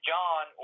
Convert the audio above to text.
John